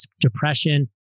depression